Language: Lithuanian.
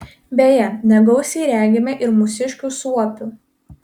beje negausiai regime ir mūsiškių suopių